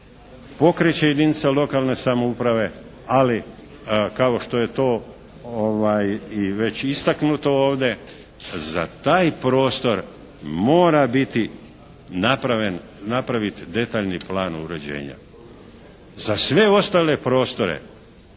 pokreće jedinica lokalne samouprave, ali kao što je to i već istaknuto ovdje za taj prostor mora biti napravit detaljni plan uređenja. Za sve ostale prostore